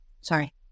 Sorry